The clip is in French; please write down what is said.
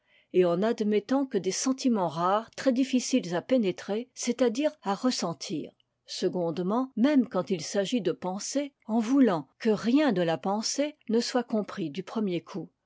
et en n'admettant que des sentiments rares très difficiles à pénétrer c'est-à-dire à ressentir secondement même quand il s'agit de pensée en voulant que rien de la pensée ne soit compris du premier coup